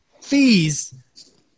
fees